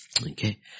Okay